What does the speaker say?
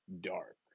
dark